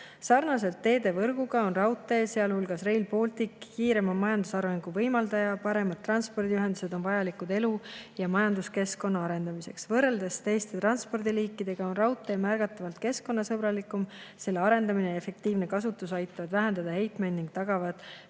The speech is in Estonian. tööhõivet. Sarnaselt teedevõrguga on raudtee, sealhulgas Rail Baltic, kiirema majandusarengu võimaldaja. Paremad transpordiühendused on vajalikud elu- ja majanduskeskkonna arendamiseks. Võrreldes teiste transpordiliikidega on raudtee märgatavalt keskkonnasõbralikum. Selle arendamine ja efektiivne kasutus aitavad vähendada heitmeid ning tagavad